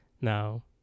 Now